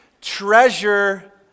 Treasure